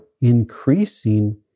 increasing